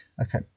Okay